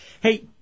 Hey